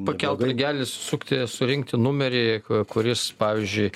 pakelt ragelį sukti surinkti numerį kuris pavyzdžiui